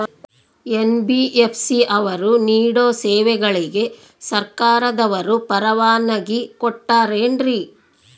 NBFC ಅವರು ನೇಡೋ ಸೇವೆಗಳಿಗೆ ಸರ್ಕಾರದವರು ಪರವಾನಗಿ ಕೊಟ್ಟಾರೇನ್ರಿ?